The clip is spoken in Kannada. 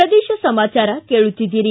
ಪ್ರದೇಶ ಸಮಾಚಾರ ಕೇಳಿತ್ತಿದ್ದೀರಿ